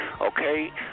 okay